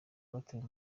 batawe